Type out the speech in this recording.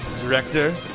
director